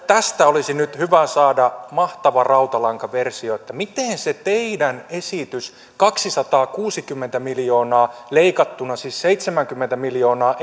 tästä olisi nyt hyvä saada mahtava rautalankaversio miten se teidän esitys kaksisataakuusikymmentä miljoonaa leikattuna siis seitsemänkymmentä miljoonaa